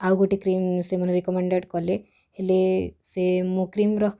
ଆଉ ଗୋଟେ କ୍ରିମ୍ ସେମାନେ ରିକୋମେଣ୍ଡେଡ଼୍ କଲେ ହେଲେ ସେ ମୋ କ୍ରିମ୍ର